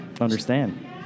understand